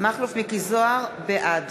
בעד